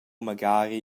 magari